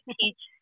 teach